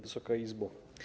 Wysoka Izbo!